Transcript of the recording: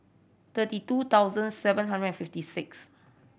thirty two thousand seven hundred and fifty six